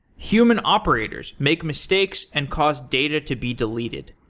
human operators make mistakes and cause data to be deleted.